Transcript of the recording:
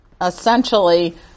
essentially